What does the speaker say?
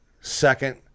second –